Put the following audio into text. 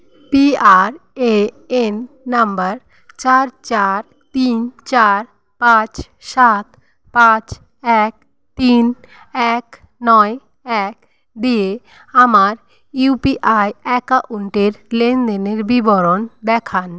PRAN number চার চার তিন চার পাঁচ সাত পাঁচ এক তিন এক নয় এক দিয়ে আমার ইউপিআই অ্যাকাউন্টের লেনদেনের বিবরণ দেখান